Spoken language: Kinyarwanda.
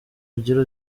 ugira